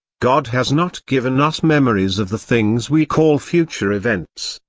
god has not given us memories of the things we call future events.